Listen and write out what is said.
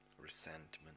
resentment